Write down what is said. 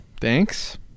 Thanks